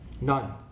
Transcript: none